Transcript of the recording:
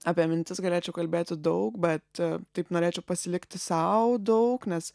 apie mintis galėčiau kalbėti daug bet taip norėčiau pasilikti sau daug nes